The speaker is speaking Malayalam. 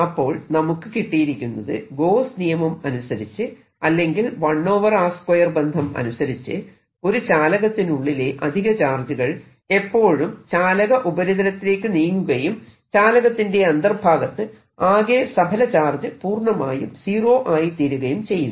അപ്പോൾ നമുക്ക് കിട്ടിയിരിക്കുന്നത് ഗോസ്സ് നിയം അനുസരിച്ച് അല്ലെങ്കിൽ 1 r 2 ബന്ധം അനുസരിച്ച് ഒരു ചാലകത്തിനുള്ളിലെ അധിക ചാർജുകൾ എപ്പോഴും ചാലക ഉപരിതലത്തിലേക്ക് നീങ്ങുകയും ചാലകത്തിന്റെ അന്തർഭാഗത്ത് ആകെ സഫല ചാർജ് പൂർണമായും സീറോ ആയിത്തീരുകയും ചെയ്യുന്നു